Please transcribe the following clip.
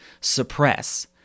suppress